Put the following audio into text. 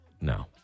no